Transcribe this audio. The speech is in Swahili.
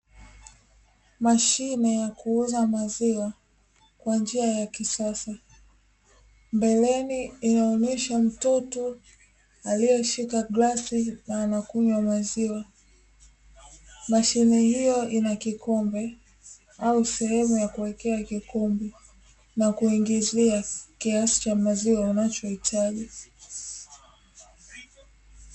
Mashine ya kuuza maziwa kwa njia ya kisasa mbeleni inaonyesha mtoto alieshika glasi na anakunywa maziwa, mashine hiyo ina kikombe au sehemu ya kuwekea kikombe na kuingizia kiasi cha maziwa unachohitaji.